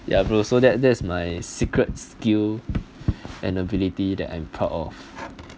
ya bro so that that's my secret skill and ability that I'm proud of